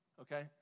okay